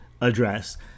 address